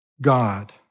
God